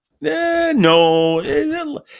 No